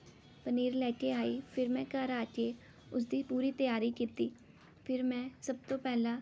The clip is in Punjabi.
ਪਨੀਰ ਲੈ ਕੇ ਆਈ ਫਿਰ ਮੈਂ ਘਰ ਆ ਕੇ ਉਸਦੀ ਪੂਰੀ ਤਿਆਰੀ ਕੀਤੀ ਫਿਰ ਮੈਂ ਸਭ ਤੋਂ ਪਹਿਲਾਂ